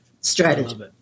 strategy